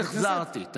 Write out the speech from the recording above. תמיד החזרתי.